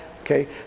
Okay